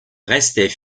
restait